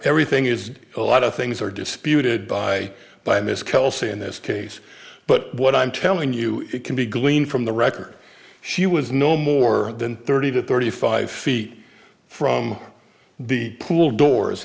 i very thing is a lot of things are disputed by by miss kelsey in this case but what i'm telling you it can be gleaned from the record she was no more than thirty to thirty five feet from the pool doors